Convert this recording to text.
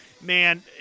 man